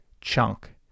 chunk